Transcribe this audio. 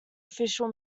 official